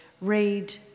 read